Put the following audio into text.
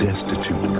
Destitute